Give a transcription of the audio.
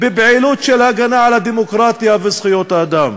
בפעילות של הגנה על הדמוקרטיה וזכויות האדם?